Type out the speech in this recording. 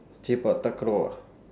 sepak takraw ah